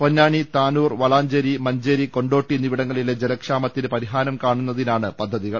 Ponnani Tanur Valanchery Manjeri Kondotty എന്നിവിടങ്ങളിലെ ജലക്ഷാമത്തിന് പരി ഹാരം കാണുന്നതിനാണ് പദ്ധതികൾ